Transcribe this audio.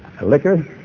liquor